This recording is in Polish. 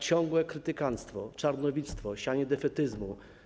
Ciągłe krytykanctwo, czarnowidztwo, sianie defetyzmu.